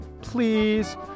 Please